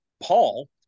Paul